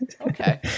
Okay